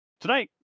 Tonight